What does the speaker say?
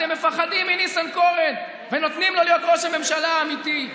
אתם מפחדים מניסנקורן ונותנים לו להיות ראש הממשלה האמיתי,